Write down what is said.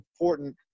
important